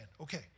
Okay